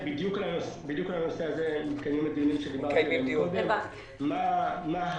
בדיוק על הנושא הזה מתקיים דיון מה התגמול.